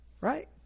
Right